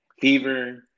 fever